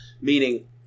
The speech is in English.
Meaning